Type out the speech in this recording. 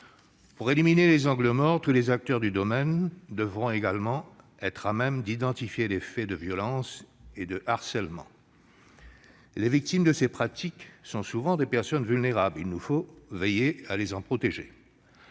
Pour éliminer les angles morts, tous les acteurs du monde du travail devront également être à même d'identifier les faits de violences et de harcèlement. Les victimes de ces pratiques sont souvent des personnes vulnérables ; il nous faut veiller à les en protéger.